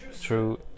true